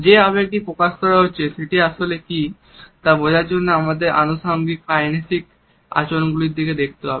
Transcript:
যে আবেগটি প্রকাশ করা হচ্ছে সেটি আসলে কি তা বোঝার জন্য আমাদের আনুষঙ্গিক কাইনেসিক আচরণগুলির দিকে দেখতে হবে